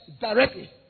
directly